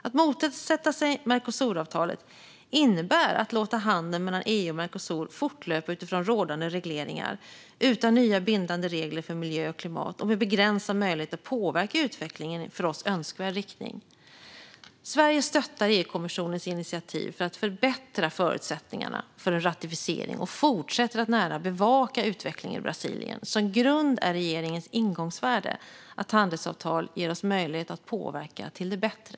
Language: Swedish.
Att motsätta sig Mercosuravtalet innebär att låta handeln mellan EU och Mercosur fortlöpa utifrån rådande regleringar, utan nya bindande regler för miljö och klimat och med begränsad möjlighet att påverka utvecklingen i en för oss önskvärd riktning. Sverige stöttar EU-kommissionens initiativ för att förbättra förutsättningarna för en ratificering och fortsätter att nära bevaka utvecklingen i Brasilien. Som grund är regeringens ingångsvärde att handelsavtal ger oss möjlighet att påverka till det bättre.